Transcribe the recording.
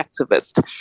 activist